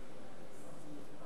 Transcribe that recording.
התשע"א 2011,